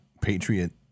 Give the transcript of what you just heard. Patriot